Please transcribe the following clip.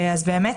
אז באמת,